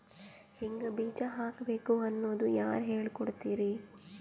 ಹಿಂಗ್ ಬೀಜ ಹಾಕ್ಬೇಕು ಅನ್ನೋದು ಯಾರ್ ಹೇಳ್ಕೊಡ್ತಾರಿ?